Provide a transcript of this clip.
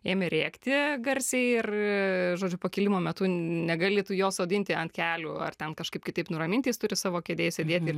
ėmė rėkti garsiai ir žodžiu pakilimo metu negali tu jo sodinti ant kelių ar ten kažkaip kitaip nuraminti jis turi savo kėdėj sėdėti ir